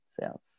sales